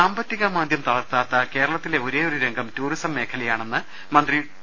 സാമ്പത്തിക മാന്ദ്യം തളർത്താത്ത കേരളത്തിലെ ഒരേയൊരു രംഗം ടൂറിസം മേഖലയാണെന്ന് മന്ത്രി ഡോ